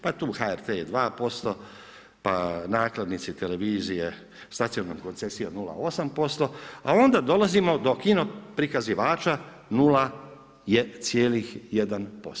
Pa tu je HRT 2%, pa nakladnici televizije s nacionalnom koncesijom 0,8%, a onda dolazimo do kinoprikazivača 0,1%